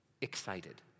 excited